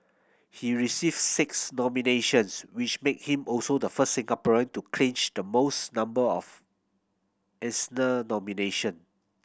he received six nominations which made him also the first Singaporean to clinch the most number of Eisner nomination